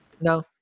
No